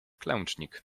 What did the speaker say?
klęcznik